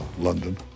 London